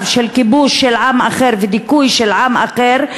של כיבוש של עם אחר ודיכוי של עם אחר,